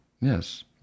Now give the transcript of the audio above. Yes